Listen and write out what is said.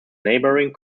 neighboring